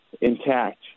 intact